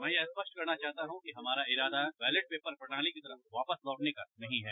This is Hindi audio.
मैं यह स्पष्ट करना चाहता हूं कि हमारा इरादा बैलेट पेपर प्रणाली की तरफ वापस लौटने का नहीं है